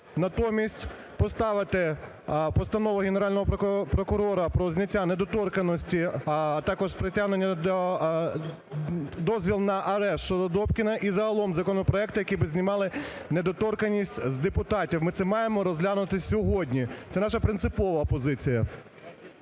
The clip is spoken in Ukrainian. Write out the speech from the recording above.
натомість поставити Постанову Генерального прокурора про зняття недоторканності, а також притягнення до... дозвіл на арешт щодо Добкіна і загалом законопроекти, які би знімали недоторканність з депутатів. Ми це маємо розглянути сьогодні. Це наша принципова позиція.